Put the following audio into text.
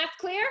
clear